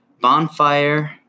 Bonfire